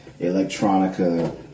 electronica